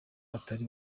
atari